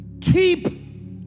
Keep